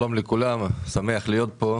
שלום לכולם, שמח להיות פה.